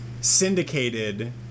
syndicated